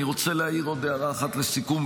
אני רוצה להעיר עוד הערת אחת לסיכום,